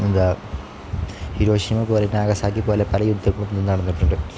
എന്താ ഹിറോഷിമ പോലെ നാഗസാക്കി പോലെ പല യുദ്ധങ്ങളും നടന്നിട്ടുണ്ട്